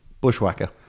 Bushwhacker